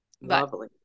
Lovely